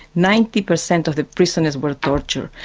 ninety per cent of the prisoners were tortured,